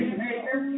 maker